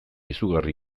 izugarri